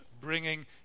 bringing